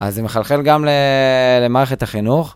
אז זה מחלחל גם למערכת החינוך,